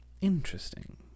interesting